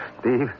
Steve